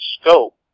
scope